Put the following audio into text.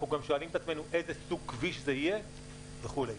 אנחנו גם שואלים את עצמנו איזה סוג כביש זה יהיה וכולי.